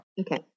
Okay